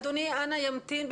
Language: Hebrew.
אדוני, אנא תמתין.